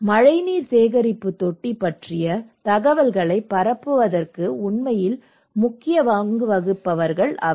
மழைநீர் சேகரிப்பு தொட்டி பற்றிய தகவல்களை பரப்புவதற்கு உண்மையில் முக்கிய பங்கு வகிப்பவர்கள் அவர்கள்